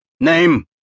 Name